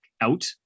out